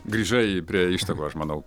grįžai prie ištakų aš manau